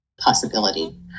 possibility